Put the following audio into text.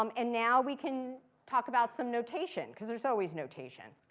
um and now we can talk about some notation. because there's always notation.